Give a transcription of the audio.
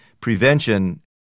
prevention